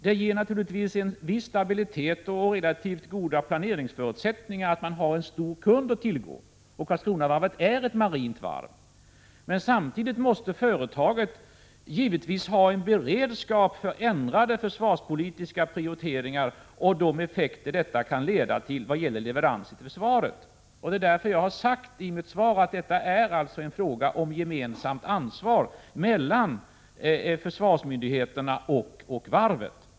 Det ger naturligtvis en viss stabilitet och relativt goda planeringsförutsättningar att ha en stor kund — och Karlskronavarvet är ett marint varv — men samtidigt måste företaget givetvis ha en beredskap för ändrade försvarspolitiska prioriteringar och de effekter detta kan leda till vad gäller leveranser till försvaret. Det är därför jag har sagt i mitt svar att det är fråga om ett gemensamt ansvar, delat mellan försvarsmyndigheterna och varvet.